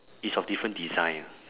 it's of different design ah